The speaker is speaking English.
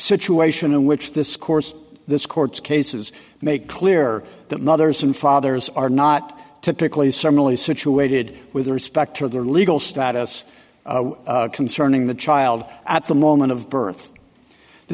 situation in which this course this court cases make clear that mothers and fathers are not typically similarly situated with respect to their legal status concerning the child at the moment of birth the